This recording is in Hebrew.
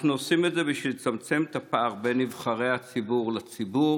אנחנו עושים את זה כדי לצמצם את הפער בין נבחרי הציבור לציבור.